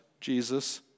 Jesus